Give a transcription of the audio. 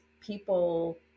people